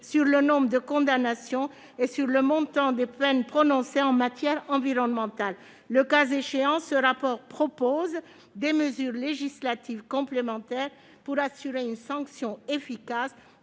sur le nombre de condamnations et sur le montant des peines prononcées en matière environnementale. Le cas échéant, ce rapport propose des mesures législatives complémentaires pour assurer une sanction efficace